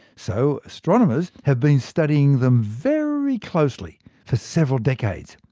so astronomers have been studying them very closely for several decades.